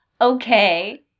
Okay